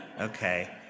Okay